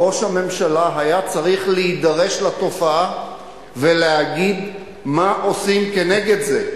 ראש הממשלה היה צריך להידרש לתופעה ולהגיד מה עושים כנגד זה.